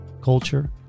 culture